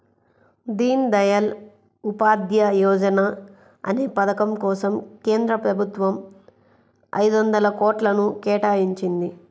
దీన్ దయాళ్ ఉపాధ్యాయ యోజనా అనే పథకం కోసం కేంద్ర ప్రభుత్వం ఐదొందల కోట్లను కేటాయించింది